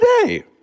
today